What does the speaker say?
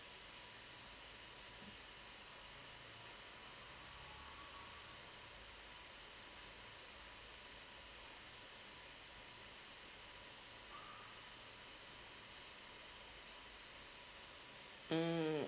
mm